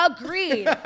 Agreed